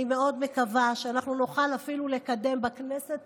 אני מאוד מקווה שאנחנו נוכל אפילו לקדם בכנסת